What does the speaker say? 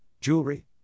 jewelry